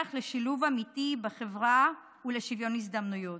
לשילוב אמיתי בחברה ולשוויון הזדמנויות.